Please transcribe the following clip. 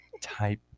type